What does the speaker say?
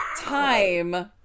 Time